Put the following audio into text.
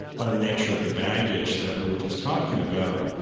by the nature of the baggage that we were just talking about,